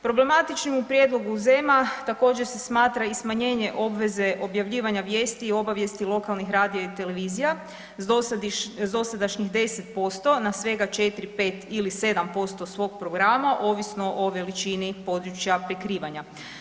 Problematičnim u prijedlogu ZEM-a također se smatra i smanjenje obveze objavljivanja vijesti i obavijesti lokalnih radija i televizija s dosadašnjih 10% na svega 4, 5 ili 7% svog programa ovisno o veličini područja prikrivanja.